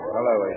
Hello